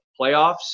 playoffs